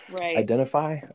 identify